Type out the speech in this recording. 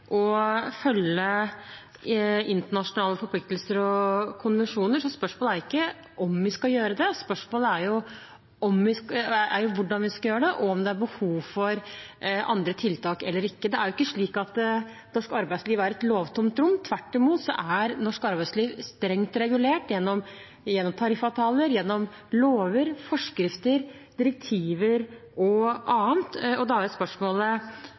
og følge internasjonale forpliktelser og konvensjoner. Så spørsmålet er ikke om vi skal gjøre det, spørsmålet er hvordan vi skal gjøre det, og om det er behov for andre tiltak, eller ikke. Det er ikke slik at norsk arbeidsliv er et lovtomt rom. Tvert imot er norsk arbeidsliv strengt regulert gjennom tariffavtaler, lover, forskrifter, direktiver og annet. Da er spørsmålet: